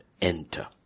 enter